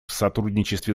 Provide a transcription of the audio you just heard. сотрудничестве